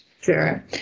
Sure